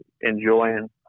enjoying